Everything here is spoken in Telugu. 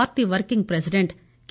party working president K